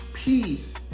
Peace